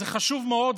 זה חשוב מאוד,